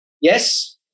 Yes